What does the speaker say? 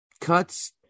cuts